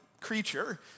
creature